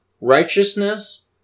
righteousness